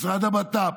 משרד הבט"פ,